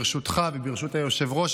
ברשותך וברשות היושב-ראש,